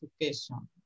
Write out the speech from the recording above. education